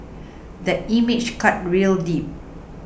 that image cut real deep